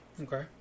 Okay